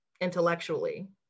intellectually